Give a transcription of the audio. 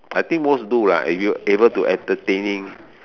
I think most do lah if you able to entertaining